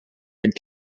had